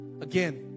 again